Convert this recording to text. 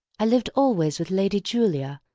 i lived always with lady julia,